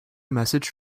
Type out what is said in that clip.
message